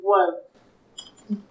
one